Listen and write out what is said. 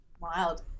Wild